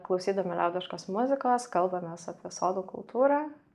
klausydami liaudiškos muzikos kalbamės apie sodo kultūrą